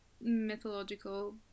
mythological